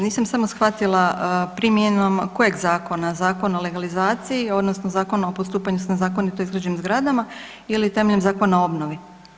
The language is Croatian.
Nisam samo shvatila primjenom kojeg zakona, Zakona o legalizaciji odnosno Zakona o postupanju s nezakonito izgrađenim zgrada ili temeljem Zakona o obnovi?